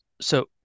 So-